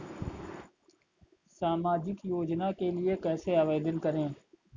सामाजिक योजना के लिए कैसे आवेदन करें?